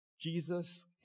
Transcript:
Jesus